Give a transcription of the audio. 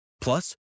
Plus